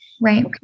Right